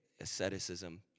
Asceticism